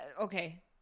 okay